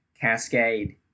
cascade